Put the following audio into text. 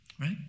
Right